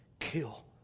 Kill